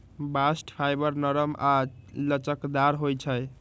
bast fibre नरम आऽ लचकदार होइ छइ